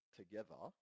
together